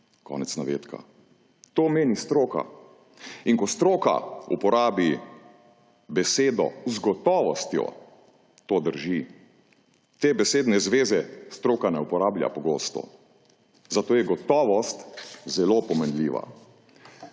Konec navedka. To meni stroka. In ko stroka uporabi besedo »z gotovostjo« to drži. Te besedne zveze stroka ne uporablja pogosto, zato je gotovost zelo pomenljiva.